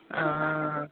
अँ